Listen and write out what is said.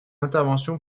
intervention